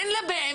אין לה באמת,